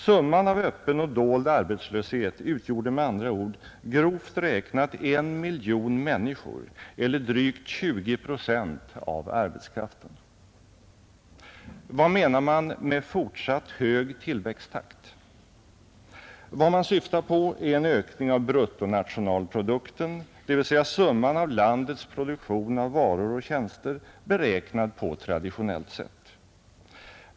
Summan av öppen och dold arbetslöshet utgjorde med andra ord grovt räknat 1 miljon människor, eller drygt 20 procent av arbetskraften. Vad menar man med fortsatt hög tillväxttakt? Vad man syftar på är en ökning av bruttonationalprodukten, dvs. summan av landets produktion av varor och tjänster, beräknad på traditionellt sätt.